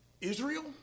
Israel